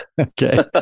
Okay